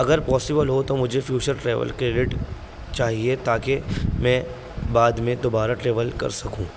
اگر پاسیبل ہو تو مجھے فیوچر ٹریول کے ریٹ چاہیے تاکہ میں بعد میں دوبارہ ٹریول کر سکوں